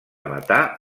matar